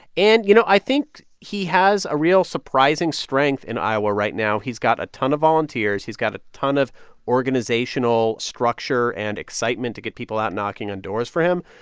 and, you know, i think he has a real surprising strength in iowa right now. he's got a ton of volunteers. he's got a ton of organizational structure and excitement to get people out knocking on doors for him.